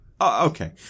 Okay